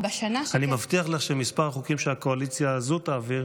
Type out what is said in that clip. אני מבטיח לך שמספר החוקים שהקואליציה הזו תעביר